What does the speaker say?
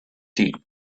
tea